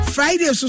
Friday